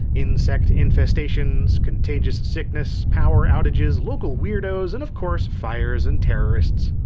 insect infestations, contagious sickness, power outages, local weirdos, and of course fires and terrorists.